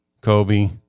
Kobe